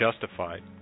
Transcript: justified